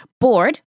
bored